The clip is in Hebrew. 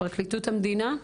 פרקליטות המדינה?